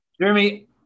Jeremy